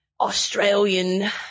Australian